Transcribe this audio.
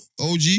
OG